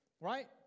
Right